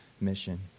mission